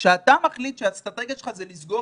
כשאתה מחליט שהאסטרטגיה שלך היא לסגור